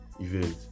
event